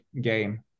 game